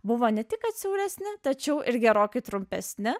buvo ne tik kad siauresni tačiau ir gerokai trumpesni